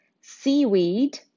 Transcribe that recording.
seaweed